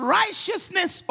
righteousness